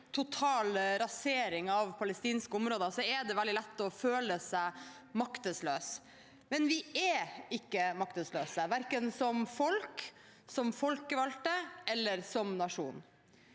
total rasering av palestinske områder er det veldig lett å føle seg maktesløs, men vi er ikke maktesløse, verken som folk, som folkevalgte, eller som nasjon.